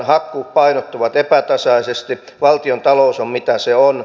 hakkuut painottuvat epätasaisesti valtiontalous on mitä se on